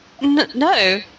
no